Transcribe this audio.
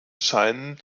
scheinen